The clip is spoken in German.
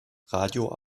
radio